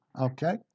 okay